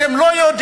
אתם לא יודעים.